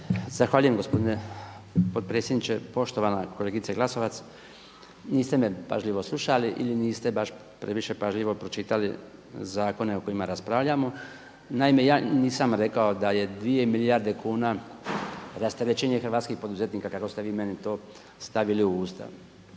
Zahvaljujem gospodine potpredsjedniče. Poštovana kolegice Glasovac, niste me pažljivo slušali ili niste baš previše pažljivo pročitali zakone o kojima raspravljamo. Naime, ja nisam rekao da je 2 milijarde kuna rasterećenje hrvatskih poduzetnika kako ste vi meni to stavili u usta.